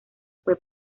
fue